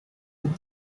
with